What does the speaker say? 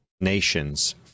nations